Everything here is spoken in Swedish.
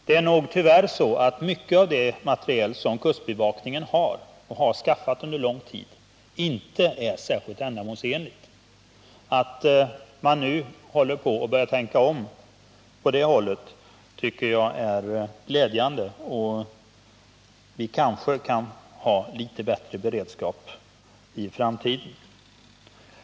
Det är nog tyvärr så, att mycket av den materiel som kustbevakningen skaffat under en lång tid inte är särskilt ändamålsenlig. Att man nu håller på att tänka om på det hållet är glädjande. Kanske kan vi ha litet bättre beredskap i framtiden.